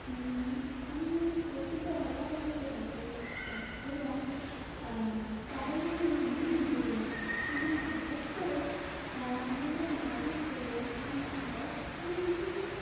আমি ওর দিকে অবাকভাবে তাকিয়ে থাকতাম এবং তাই নিয়ে একদিন একদিন হঠাৎ করে আমাদের বাড়িতে ঠিক হয় মানে কিছুদিন